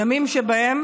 ימים שבהם